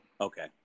Okay